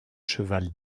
cheval